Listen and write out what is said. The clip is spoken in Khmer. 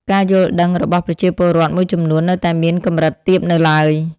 ការយល់ដឹងរបស់ប្រជាពលរដ្ឋមួយចំនួននៅតែមានកម្រិតទាបនៅឡើយ។